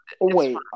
Wait